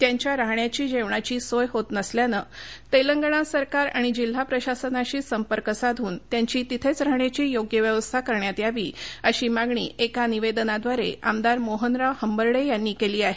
त्यांच्या राहण्याची जेवणाची सोय होत नसल्यानं तेलंगणा सरकार आणि जिल्हा प्रशासनाशी संपर्क साधून त्यांची तिथेच राहण्याची योग्य व्यवस्था करण्यात यावी अशी मागणी एका निवेदनाद्वारे आमदार मोहनराव हंबर्डे यांनी केली आहे